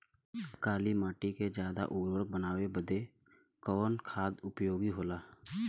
काली माटी के ज्यादा उर्वरक बनावे के बदे कवन खाद उपयोगी होला?